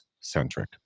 centric